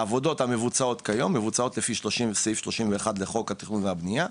העבודות המבוצעות כיום מבוצעות לפי סעיף 31 לחוק התכנון והבנייה,